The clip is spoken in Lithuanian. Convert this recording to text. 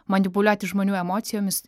manipuliuoti žmonių emocijomis